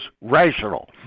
rational